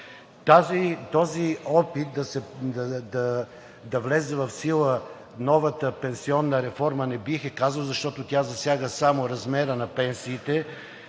Този опит да влезе в сила новата пенсионна реформа, не бих я казал, защо тя засяга само размера на пенсиите,